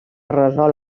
resol